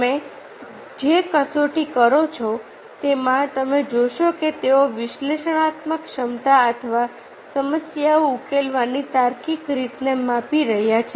તમે જે કસોટી કરો છો તેમાં તમે જોશો કે તેઓ વિશ્લેષણાત્મક ક્ષમતા અથવા સમસ્યાઓ ઉકેલવાની તાર્કિક રીતને માપી રહ્યાં છે